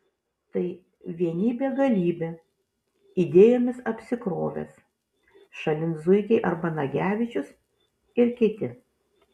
tai vienybė galybė idėjomis apsikrovęs šalin zuikiai arba nagevičius ir kiti